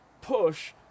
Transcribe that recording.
push